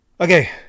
Okay